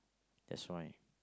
that's why